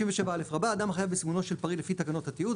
57א'. סימון שונה 57א. אדם החייב בסימונו של פריט לפי תקנות התיעוד,